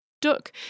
duck